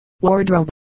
wardrobe